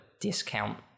discount